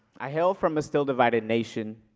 i hail from a still divided nation